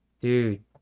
dude